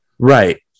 Right